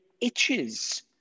itches